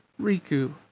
Riku